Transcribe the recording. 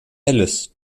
alice